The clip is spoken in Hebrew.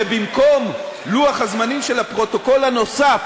שבמקום לוח הזמנים של הפרוטוקול הנוסף